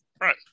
right